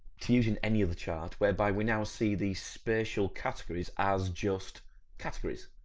to using any of the chart, whereby we now see these spatial categories as just categories?